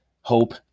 hope